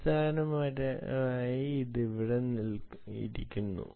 അടിസ്ഥാനപരമായി അത് ഇവിടെ ഇരിക്കുന്നു